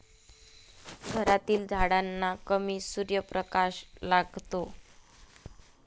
घरातील झाडांना कमी सूर्यप्रकाश लागतो